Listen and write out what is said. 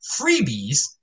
freebies